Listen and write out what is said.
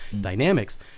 dynamics